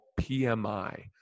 PMI